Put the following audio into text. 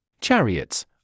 chariots